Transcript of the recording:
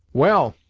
well,